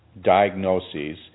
diagnoses